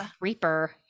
Reaper